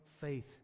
faith